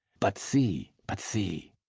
but see, but see.